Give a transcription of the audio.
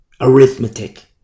arithmetic